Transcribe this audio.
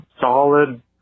solid